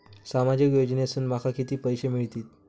सामाजिक योजनेसून माका किती पैशे मिळतीत?